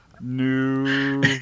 New